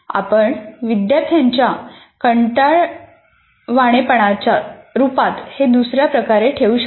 आपण विद्यार्थ्याच्या कंटाळवाणेपणाच्या रुपात हे दुसर्या प्रकारे ठेवू शकता